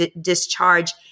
discharge